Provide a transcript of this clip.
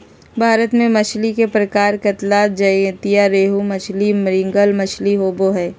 भारत में मछली के प्रकार कतला, ज्जयंती रोहू मछली, मृगल मछली होबो हइ